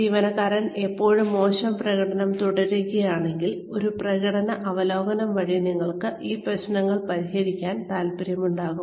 ജീവനക്കാരൻ ഇപ്പോഴും മോശം പ്രകടനം തുടരുകയാണെങ്കിൽ ഒരു പ്രകടന അവലോകനം വഴി നിങ്ങൾക്ക് ഈ പ്രശ്നങ്ങൾ പരിഹരിക്കാൻ താൽപ്പര്യമുണ്ടാകാം